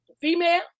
Female